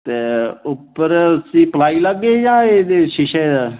ते उप्पर उसी पलाई लागे जां एह्दे शीशे